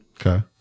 okay